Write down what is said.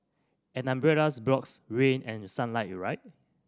an umbrellas blocks rain and sunlight right